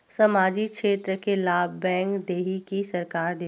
सामाजिक क्षेत्र के लाभ बैंक देही कि सरकार देथे?